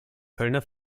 kölner